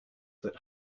that